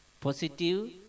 positive